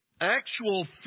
actual